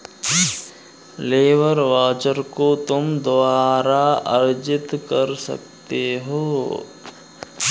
labour voucher को तुम दोबारा अर्जित कर सकते हो